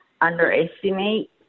underestimate